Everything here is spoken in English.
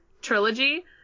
trilogy